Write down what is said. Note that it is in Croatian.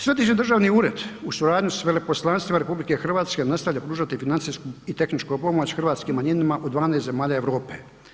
Središnji državni ured u suradnji s veleposlanstvima RH nastavlja pružati financijsku i tehničku pomoć hrvatskim manjinama u 12 zemalja Europe.